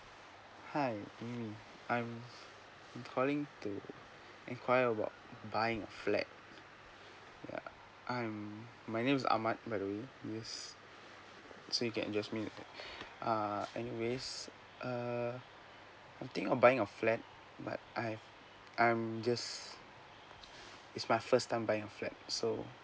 hi amy I'm calling to inquire about buying a flat yeah I'm my name is ahmad by the way yes so you can just me uh anyway uh I think of buying a flat but I've I'm just it's my first time buying a flat so